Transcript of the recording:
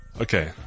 Okay